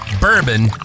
bourbon